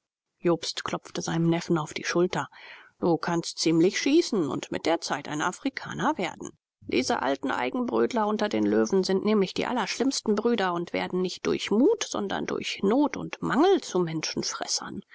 jobst klopfte seinem neffen auf die schulter du kannst ziemlich schießen und mit der zeit ein afrikaner werden diese alten eigenbrötler unter den löwen sind nämlich die allerschlimmsten brüder und werden nicht durch mut sondern durch not und mangel zu menschenfressern